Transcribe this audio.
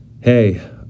Hey